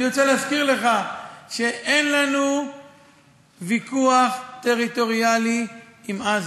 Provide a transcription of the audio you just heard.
אני רוצה להזכיר לך שאין לנו ויכוח טריטוריאלי עם עזה.